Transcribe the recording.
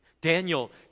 Daniel